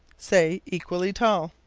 say, equally tall.